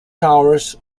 hours